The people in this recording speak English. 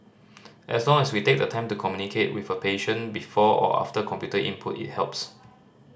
as long as we take the time to communicate with a patient before or after computer input it helps